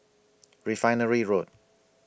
Refinery Road